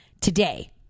today